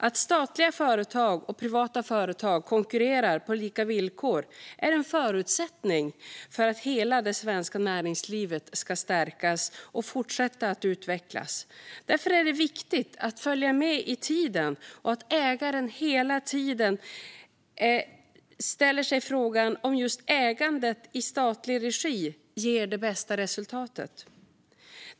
Att statliga företag och privata företag konkurrerar på lika villkor är en förutsättning för att hela det svenska näringslivet ska stärkas och fortsätta att utvecklas. Därför är det viktigt att följa med i tiden och att ägaren hela tiden ställer sig frågan om just ägande i statlig regi ger det bästa resultatet.